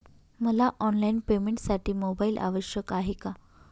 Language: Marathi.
मला ऑनलाईन पेमेंटसाठी मोबाईल आवश्यक आहे का?